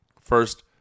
first